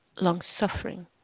long-suffering